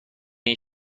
این